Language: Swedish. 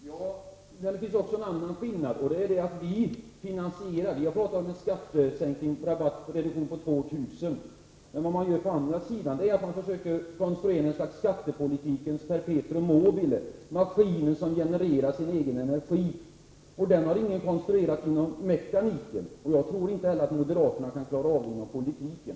Herr talman! Det finns också en annan skillnad. Vi har talat om en skattereduktion på 2 000 kr., men på andra sidan försöker man konstruera något slags skattepolitikens perpetuum mobile — maskinen som genererar sin egen energi. Den har ingen konstruerat inom mekaniken, och jag tror inte att moderaterna klarar av det inom politiken.